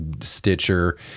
Stitcher